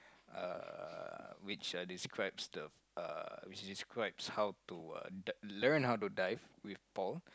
uh which are describes the uh which describes how to learn how to dive with Paul